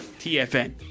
TFN